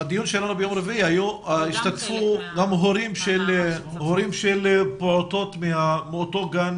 בדיון שלנו ביום רביעי השתתפו הורים של פעוטות מאותו גן